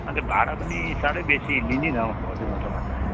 अन्त भाडा पनि साह्रै बेसी लिइदिनँ हौ भाउजू म तपाईँहरूलाई